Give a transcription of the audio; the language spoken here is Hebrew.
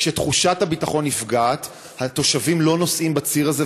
כשתחושת הביטחון נפגעת התושבים לא נוסעים בציר הזה,